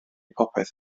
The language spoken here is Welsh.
popeth